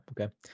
okay